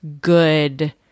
good